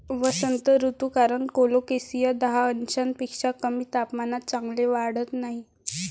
वसंत ऋतू कारण कोलोकेसिया दहा अंशांपेक्षा कमी तापमानात चांगले वाढत नाही